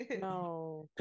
No